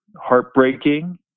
heartbreaking